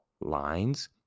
lines